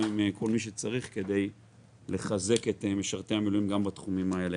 עם כל מי שצריך כדי לחזק את משרתי המילואים גם בתחומים האלה.